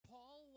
Paul